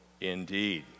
indeed